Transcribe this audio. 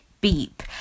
beep